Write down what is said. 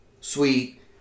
sweet